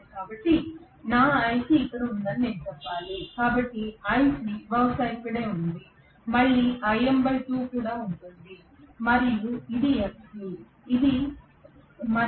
కాబట్టి నా iC ఇక్కడ ఉందని నేను చెప్పాలి కాబట్టి iC బహుశా ఇక్కడే ఉంది మళ్ళీ కూడా ఉంటుంది మరియు ఇది FC